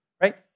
right